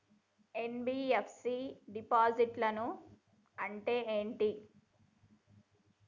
NBFC డిపాజిట్లను అంటే ఏంటి?